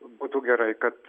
būtų gerai kad